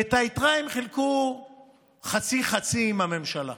ואת היתרה הם חילקו חצי-חצי עם הממשלה.